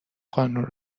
قانون